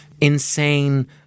Insane